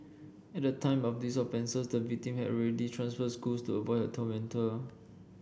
at the time of these offences the victim had already transferred schools to avoid tormentor